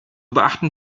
beachten